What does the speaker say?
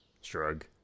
Shrug